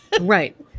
Right